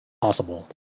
possible